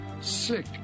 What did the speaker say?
sick